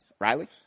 Riley